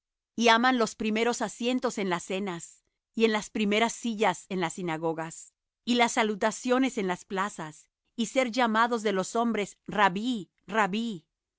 y aman los primeros asientos en las cenas y las primeras sillas en las sinagogas y las salutaciones en las plazas y ser llamados de los hombres rabbí rabbí